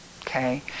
Okay